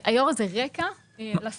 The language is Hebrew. היושב ראש, זה רקע לסעיף.